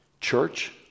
church